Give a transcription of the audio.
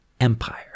empire